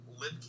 lip